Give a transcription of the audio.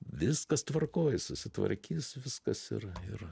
viskas tvarkoj susitvarkys viskas ir ir